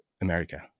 America